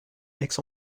aix